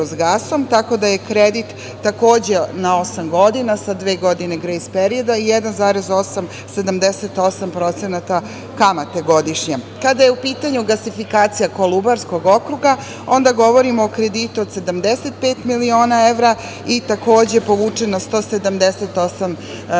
tako da je kredit takođe na osam godina, sa dve godine grejs perioda i 1,78% kamate godišnje. Kada je u pitanju gasifikacija Kolubarskog okruga, onda govorimo o kreditu od 75 miliona evra i takođe povučeno 178